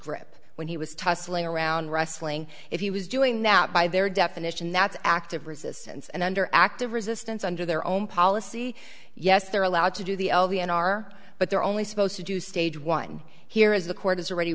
grip when he was tussling around wrestling if he was doing that by their definition that's active resistance and under active resistance under their own policy yes they're allowed to do the l v n are but they're only supposed to do stage one here is the court has already